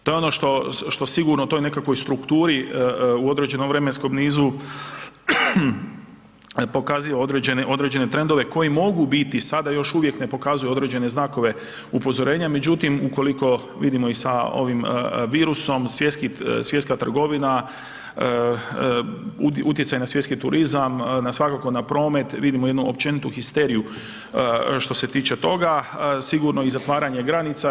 To je ono što sigurno u toj nekakvoj strukturi u određenom vremenskom nizu pokazuje određene trendove koji mogu biti sada još uvijek ne pokazuju određene znakove upozorenja, međutim ukoliko vidimo i sa ovim virusom svjetska trgovina, utjecaj na svjetski turizam, svakako na promet vidimo jednu opću histeriju što se tiče toga, sigurno i zatvaranje granica.